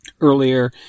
Earlier